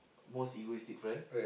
most egoistic friend